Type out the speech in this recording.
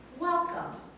Welcome